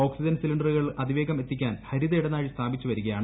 oxygen സിലിണ്ടറുകൾ അതിവേഗം എത്തിക്കാൻ ഹരിത ഇടനാഴി സ്ഥാപിച്ചു വരികയാണ്